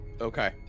okay